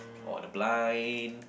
or the blind